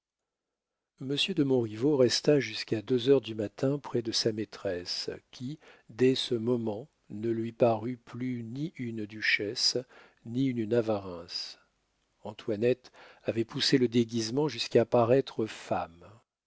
monsieur de montriveau resta jusqu'à deux heures du matin près de sa maîtresse qui dès ce moment ne lui parut plus ni une duchesse ni une navarreins antoinette avait poussé le déguisement jusqu'à paraître femme